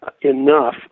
enough